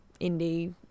indie